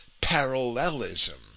parallelism